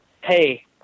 hey